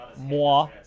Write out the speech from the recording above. moi